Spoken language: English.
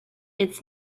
its